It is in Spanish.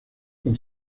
con